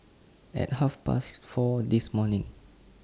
At Half Past four This morning